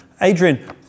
Adrian